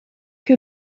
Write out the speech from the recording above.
que